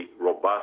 robust